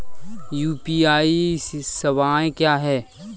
UPI सवायें क्या हैं?